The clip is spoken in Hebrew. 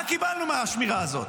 מה קיבלנו מהשמירה הזאת?